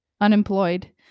unemployed